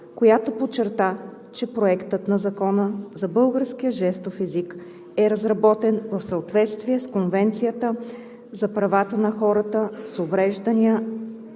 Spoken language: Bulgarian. която подчерта, че Проектът на закона за българския жестов език е разработен в съответствие с Конвенцията за правата на хората с увреждания